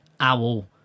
owl